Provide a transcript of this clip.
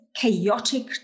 chaotic